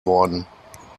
worden